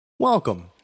Welcome